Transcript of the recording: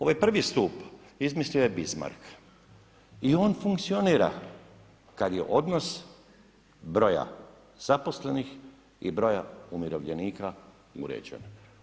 Ovaj prvi stup izmislio je Bismarck i on funkcionira kad je odnos broja zaposlenih i broja umirovljenika uređene.